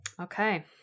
okay